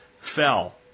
fell